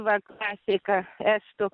vat klasika estų